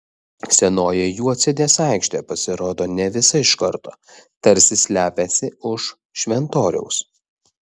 senoji juodsodės aikštė pasirodo ne visa iš karto tarsi slepiasi už šventoriaus